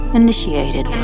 initiated